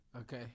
Okay